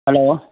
hello